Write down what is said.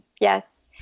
Yes